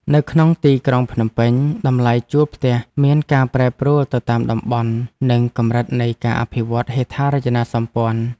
នៅក្នុងទីក្រុងភ្នំពេញ តម្លៃជួលផ្ទះមានការប្រែប្រួលទៅតាមតំបន់ និងកម្រិតនៃការអភិវឌ្ឍន៍ហេដ្ឋារចនាសម្ព័ន្ធ។